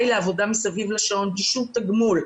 היא לעבודה מסביב לשעון בלי שום תגמול.